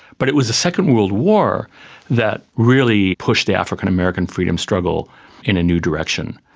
but it was the second world war that really pushed the african american freedom struggle in a new direction.